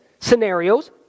scenarios